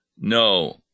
no